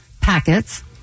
Packets